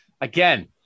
Again